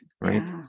right